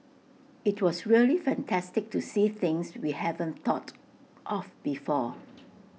IT was really fantastic to see things we haven't thought of before